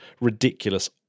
ridiculous